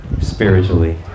spiritually